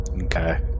Okay